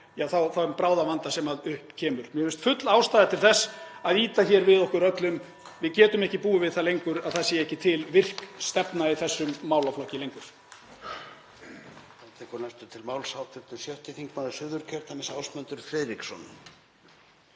við þeim bráða vanda sem upp kemur. Mér finnst full ástæða til þess að ýta við okkur öllum. Við getum ekki búið við það lengur að ekki sé til virk stefna í þessum málaflokki.